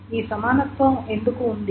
ఈ సమానత్వం ఎందుకు ఉంది